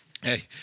hey